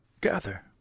gather